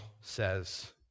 says